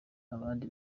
abandi